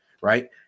Right